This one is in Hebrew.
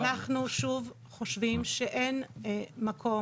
אנחנו שוב חושבים שאין מקום,